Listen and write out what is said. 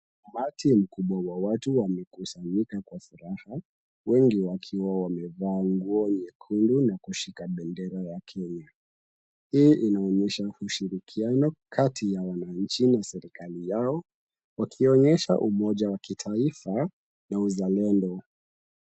Umati mkubwa wa watu wamekusanyika kwa furaha, wengi wakiwa wamevaa nguo nyekundu na kushika bendera ya Kenya. Hii inaonyesha ushirikiano kati ya wananchi na serikali yao, wakionyesha umoja wa kitaifa na uzalendo.